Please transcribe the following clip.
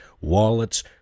wallets